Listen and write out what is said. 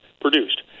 produced